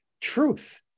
truth